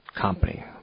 company